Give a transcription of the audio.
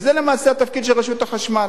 וזה למעשה התפקיד של רשות החשמל.